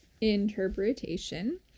interpretation